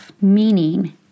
Meaning